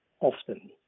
often